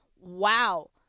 Wow